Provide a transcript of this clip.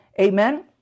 Amen